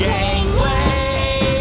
Gangway